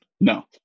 No